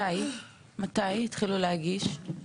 מתי התחילו להגיש?